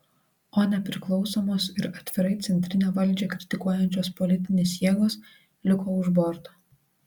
o nepriklausomos ir atvirai centrinę valdžią kritikuojančios politinės jėgos liko už borto